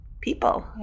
people